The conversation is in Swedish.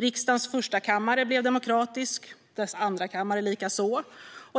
Riksdagens första kammare blev demokratisk, dess andra kammare likaså. Det